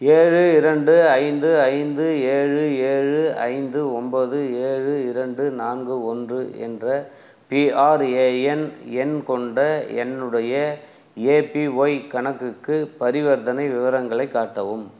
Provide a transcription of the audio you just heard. ஏழு இரண்டு ஐந்து ஐந்து ஏழு ஏழு ஐந்து ஒம்பது ஏழு இரண்டு நான்கு ஒன்று என்ற பிஆர்ஏஎன் எண் கொண்ட என்னுடைய ஏபிஒய் கணக்குக்கு பரிவர்த்தனை விவரங்களை காட்டவும்